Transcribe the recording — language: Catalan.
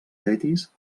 tetis